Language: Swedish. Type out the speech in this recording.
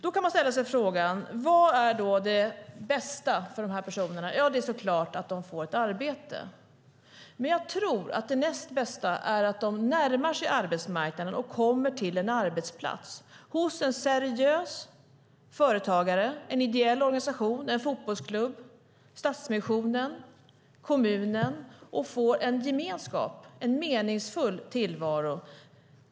Man kan ställa sig frågan: Vad är det bästa för dessa personer? Det är så klart att de får ett arbete. Men jag tror att det näst bästa är att de närmar sig arbetsmarknaden och kommer till en arbetsplats hos en seriös företagare. Det kan vara en ideell organisation, en fotbollsklubb, Stadsmissionen och kommunen. De får en gemenskap och en meningsfull tillvaro.